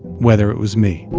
whether it was me